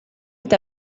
est